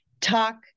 talk